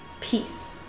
peace